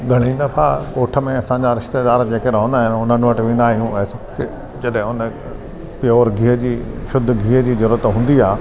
घणी दफ़ा ॻोठ में असांजा रिश्तेदार जेके रहंदा आहिनि उन्हनि वटि वेंदा आहियूं ऐं जॾहिं उन प्योर गीहु जी शुद्ध गीहु जी जरूरत हूंदी आहे